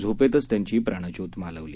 झोपेतच त्यांची प्राणज्योत मालवली